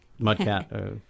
Mudcat